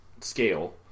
scale